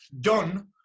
Done